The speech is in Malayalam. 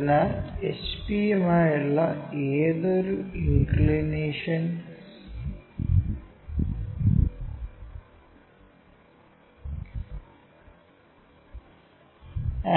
അതിനാൽ HP യുമായുള്ള ഏതൊരു ഇൻക്ക്ളിനേഷൻ